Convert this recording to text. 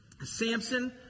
Samson